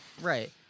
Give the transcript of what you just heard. right